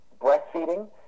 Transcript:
breastfeeding